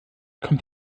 kommt